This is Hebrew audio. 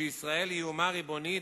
שישראל היא אומה ריבונית,